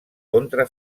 contra